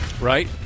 right